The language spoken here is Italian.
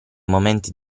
momenti